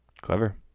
Clever